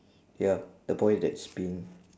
ya a boy that's peeing